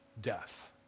death